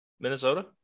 Minnesota